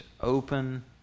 open